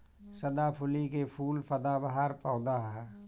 सदाफुली के फूल सदाबहार पौधा ह